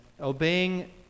obeying